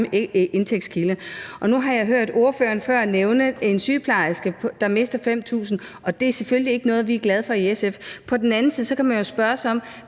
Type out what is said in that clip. samme indtægtskilde. Nu har jeg hørt ordføreren før nævne en sygeplejerske, der mister 5.000 kr., og det er selvfølgelig ikke noget, vi er glade for i SF. På den anden side kan man spørge sig